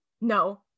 no